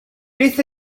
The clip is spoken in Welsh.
beth